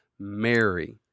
Mary